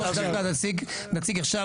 הנציג עכשיו,